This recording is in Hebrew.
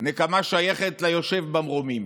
נקמה שייכת ליושב במרומים,